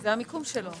זה המיקום שלו.